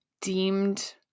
deemed